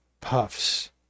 puffs